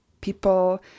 people